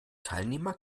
teilnehmer